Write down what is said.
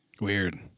Weird